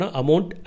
amount